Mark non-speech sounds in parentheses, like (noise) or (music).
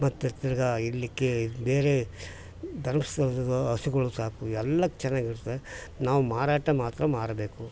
ಮತ್ತು ತಿರ್ಗಿ ಇಲ್ಲಿ ಕೆ ಬೇರೆ (unintelligible) ಹಸುಗಳು ಸಾಕು ಎಲ್ಲ ಚೆನ್ನಾಗಿರುತ್ತೆ ನಾವು ಮಾರಾಟ ಮಾತ್ರ ಮಾರಬೇಕು